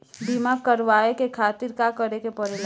बीमा करेवाए के खातिर का करे के पड़ेला?